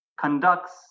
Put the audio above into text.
conducts